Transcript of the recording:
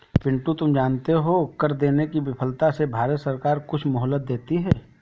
पिंटू तुम जानते हो कर देने की विफलता से भारत सरकार कुछ मोहलत देती है